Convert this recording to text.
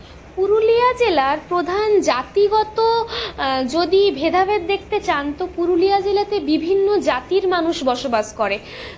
পুরুলিয়া জেলার প্রধান জাতিগত যদি ভেদাভেদ দেখতে চান তো পুরুলিয়া জেলাতে বিভিন্ন জাতির মানুষ বসবাস করে